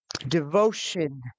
Devotion